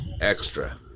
extra